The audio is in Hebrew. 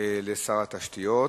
לשר התשתיות.